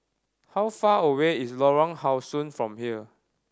how far away is Lorong How Sun from here